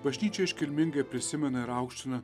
bažnyčia iškilmingai prisimena ir aukština